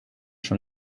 from